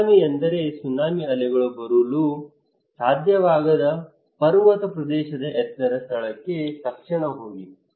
tsunami ಬಂದರೆ tsunami ಅಲೆಗಳು ಬರಲು ಸಾಧ್ಯವಾಗದ ಪರ್ವತ ಪ್ರದೇಶದ ಎತ್ತರದ ಸ್ಥಳಕ್ಕೆ ತಕ್ಷಣ ಹೋಗಿ